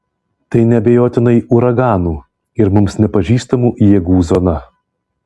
tai neabejotinai uraganų ir mums nepažįstamų jėgų zona